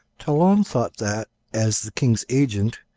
talon thought that, as the king's agent,